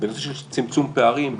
בנושא צמצום פערים,